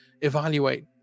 evaluate